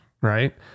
right